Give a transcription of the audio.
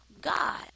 God